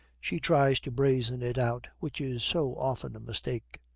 she tries to brazen it out, which is so often a mistake.